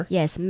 Yes